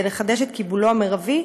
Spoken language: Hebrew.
כדי לחדש את קיבולו המרבי,